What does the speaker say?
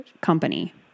company